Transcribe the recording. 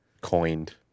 Coined